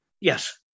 Yes